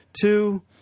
Two